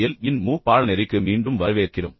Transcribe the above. L இன் MOOC பாடநெறிக்கு மீண்டும் வரவேற்கிறோம்